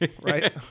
right